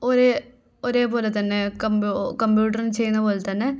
ഒരേ ഒരേപോലെ തന്നെ കംമ്പ്യു കമ്പ്യുട്ടറും ചെയ്യുന്നത് പോലെ തന്നെ